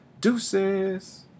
Deuces